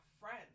friends